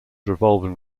revolving